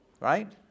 right